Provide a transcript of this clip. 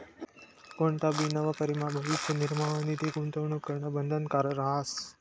कोणताबी नवकरीमा भविष्य निर्वाह निधी गूंतवणूक करणं बंधनकारक रहास